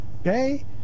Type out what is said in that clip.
okay